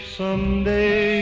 someday